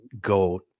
go